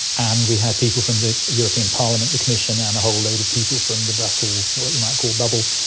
and we had people from the european parliament, the commission, and a whole load of people from the brussels what you might call bubble.